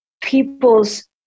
people's